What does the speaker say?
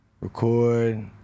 record